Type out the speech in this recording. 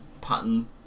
pattern